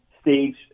stage